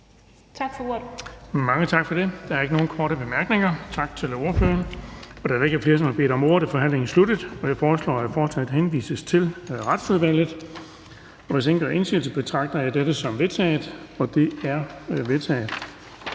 Bonnesen): Mange tak for det. Der er ikke nogen korte bemærkninger. Tak til ordføreren. Da der ikke er flere, som har bedt om ordet, er forhandlingen sluttet. Jeg foreslår, at forslaget til folketingsbeslutning henvises til Retsudvalget. Hvis ingen gør indsigelse, betragter jeg dette som vedtaget. Det er vedtaget.